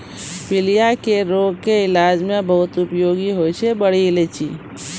पीलिया के रोग के इलाज मॅ बहुत उपयोगी होय छै बड़ी इलायची